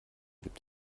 gibt